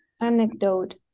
Anecdote